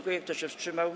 Kto się wstrzymał?